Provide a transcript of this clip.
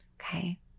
Okay